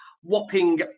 whopping